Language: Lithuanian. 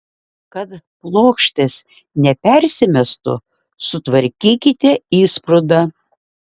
kad plokštės nepersimestų sutvarkykite įsprūdą